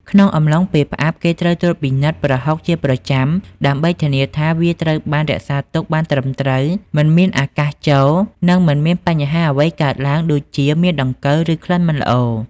ក្នុងអំឡុងពេលផ្អាប់ គេត្រូវត្រួតពិនិត្យប្រហុកជាប្រចាំ ដើម្បីធានាថាវាត្រូវបានរក្សាទុកបានត្រឹមត្រូវ មិនមានអាកាសចូល និងមិនមានបញ្ហាអ្វីកើតឡើង ដូចជា មានដង្កូវ ឬក្លិនមិនល្អ។